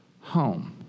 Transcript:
home